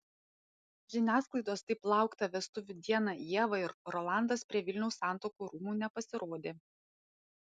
žiniasklaidos taip lauktą vestuvių dieną ieva ir rolandas prie vilniaus santuokų rūmų nepasirodė